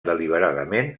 deliberadament